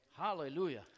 Hallelujah